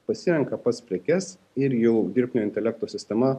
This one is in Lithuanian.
pasirenka pats prekes ir jau dirbtinio intelekto sistema